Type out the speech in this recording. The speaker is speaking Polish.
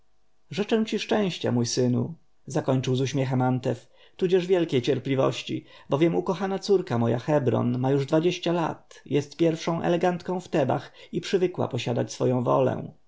życzę ci szczęścia mój synu zakończył z uśmiechem antef tudzież wielkiej cierpliwości albowiem ukochana córka moja hebron ma już dwadzieścia lat jest pierwszą elegantką w tebach i przywykła posiadać swoją wolę